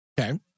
Okay